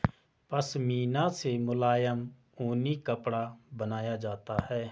पशमीना से मुलायम ऊनी कपड़ा बनाया जाता है